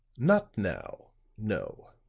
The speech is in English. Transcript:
not now no.